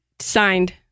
Signed